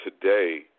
today